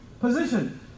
position